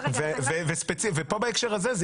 אבל --- ופה בהקשר הזה,